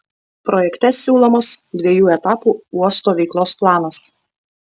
projekte siūlomas dviejų etapų uosto veiklos planas